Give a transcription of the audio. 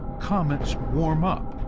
comets warm up,